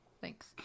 thanks